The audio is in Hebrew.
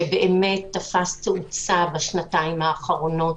שבאמת תפס תאוצה בשנתיים האחרונות.